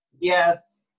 Yes